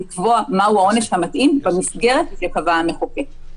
לקבוע מהו העונש המתאים במסגרת שקבע המחוקק.